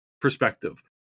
perspective